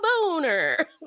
boner